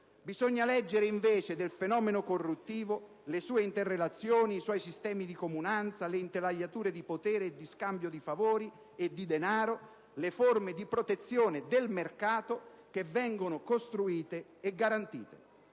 Bisogna leggere invece del fenomeno corruttivo le sue interrelazioni e i suoi sistemi di comunanza, le intelaiature di potere e di scambio di favori e di denaro, le forme di protezione del mercato che vengono costruite e garantite.